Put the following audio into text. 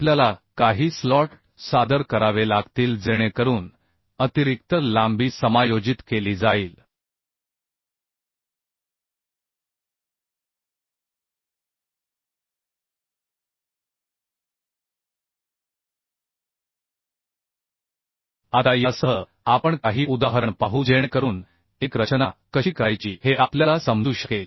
आपल्याला काही स्लॉट सादर करावे लागतील जेणेकरून अतिरिक्त लांबी समायोजित केली जाईल आता यासह आपण काही उदाहरण पाहू जेणेकरून एक रचना कशी करायची हे आपल्याला समजू शकेल